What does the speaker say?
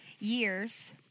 years